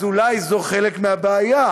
אז אולי זו חלק מהבעיה,